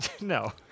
No